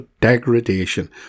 degradation